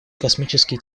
космические